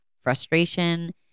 frustration